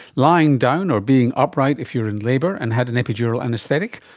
lying down or being upright if you are in labour and had an epidural anaesthetic?